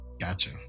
Gotcha